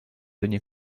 viņa